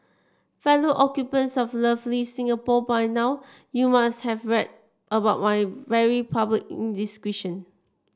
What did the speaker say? fellow occupants of lovely Singapore by now you must have read about my very public indiscretion